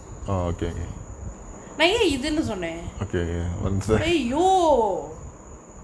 ஐ ஏன் இதுன்னு சொன்னே:ai yaen ithunnu sonnae !aiyo!